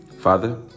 Father